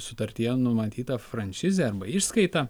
sutartyje numatyta franšizė išskaita